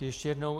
Ještě jednou.